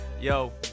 Yo